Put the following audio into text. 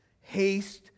Haste